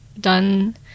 done